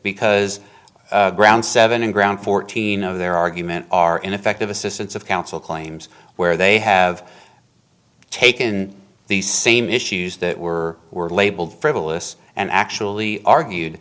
because ground seven in ground fourteen of their argument are ineffective assistance of counsel claims where they have taken the same issues that were were labeled frivolous and actually argued